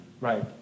Right